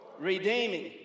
redeeming